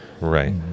right